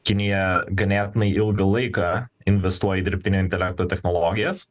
kinija ganėtinai ilgą laiką investuoja į dirbtinio intelekto technologijas